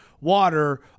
water